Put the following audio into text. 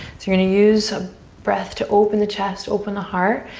you're gonna use a breath to open the chest, open the heart.